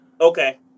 Okay